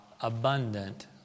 abundant